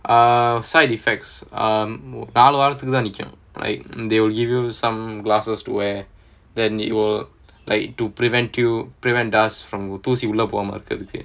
ah side effects um நாலு வாரத்துக்கு தான் இருக்கும்:naalu vaarathuku thaan irukkum like they will give you some glasses wear then it will like to prevent to prevent dust from தூசி உள்ள போகாம இருக்குறதுக்கு:thoosi ulla pogaama irukkurathukku